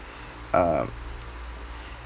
uh